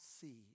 see